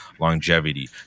Longevity